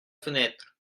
fenêtre